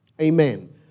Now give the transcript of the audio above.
Amen